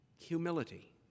humility